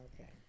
okay